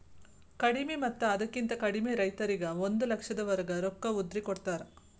ಕಡಿಮಿ ಮತ್ತ ಅದಕ್ಕಿಂತ ಕಡಿಮೆ ರೈತರಿಗೆ ಒಂದ ಲಕ್ಷದವರೆಗೆ ರೊಕ್ಕ ಉದ್ರಿ ಕೊಡತಾರ